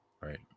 right